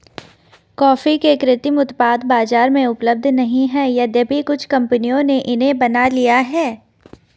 coffee के कृत्रिम उत्पाद बाजार में उपलब्ध नहीं है यद्यपि कुछ कंपनियों ने इन्हें बना लिया है